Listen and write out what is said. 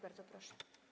Bardzo proszę.